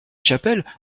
chapelle